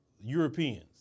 Europeans